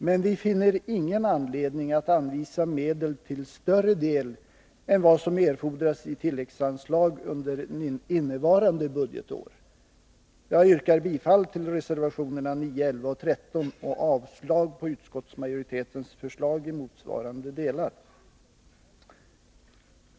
Men vi finner ingen anledning att anvisa mer medel än vad som erfordras i tilläggsanslag under innevarande budgetår. Jag yrkar bifall till reservationerna 9, 11 och 13 samt avslag på utskottsmajoritetens hemställan i motsvarande delar.